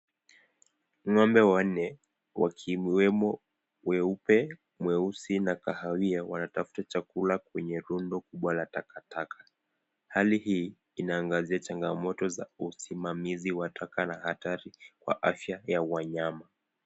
Ngombe wanne wakiwepo mweupe, mweusi na kahawia wanatafta chakula kwenye rundo kubwa la takataka, hali hii inaangazia changamoto la usimamizi wa taka na hatari wa afya ya wamnyama.